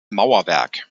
mauerwerk